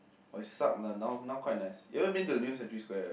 oh it suck lah now now quite nice you haven't been to new Century Square right